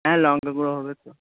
হ্যাঁ লঙ্কা গুঁড়ো হবে তো